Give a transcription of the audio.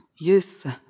Yes